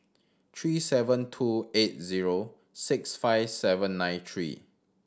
three seven two eight zero six five seven nine three